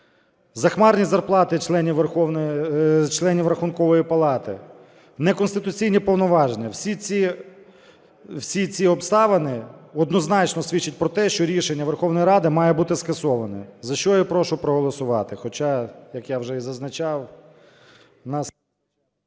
Захмарні зарплати членів Рахункової палати, неконституційні повноваження, всі ці обставини однозначно свідчать про те, що рішення Верховної Ради має бути скасоване, за що і прошу проголосувати.